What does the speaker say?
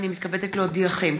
הינני מתכבדת להודיעכם,